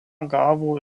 gavo